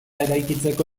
eraikitzeko